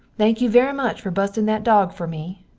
thank you very much fer bustin that dog fer me.